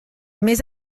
més